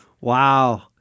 Wow